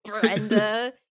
Brenda